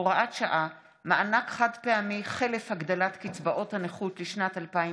הוראת שעה) (מענק חד-פעמי חלף הגדלת קצבאות הנכות לשנת 2020)